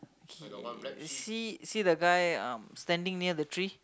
okay see see the guy um standing near the tree